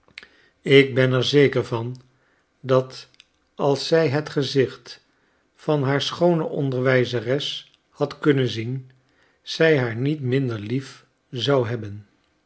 ik ben er zeker van dat als zij het gezicht van haar schoone onderwijzeres had kunnen zien zij haar niet minder lief zou hebben